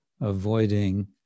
avoiding